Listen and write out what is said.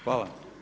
Hvala.